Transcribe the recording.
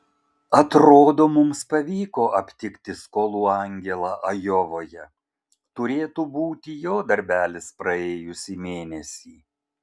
atrodo mums pavyko aptikti skolų angelą ajovoje turėtų būti jo darbelis praėjusį mėnesį